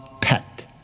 pet